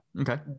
okay